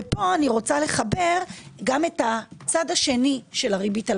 פה אני מחברת גם את הצד השני של הריבית על